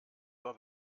war